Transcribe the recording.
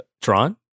Tron